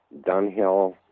Dunhill